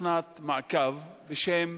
תוכנת מעקב בשם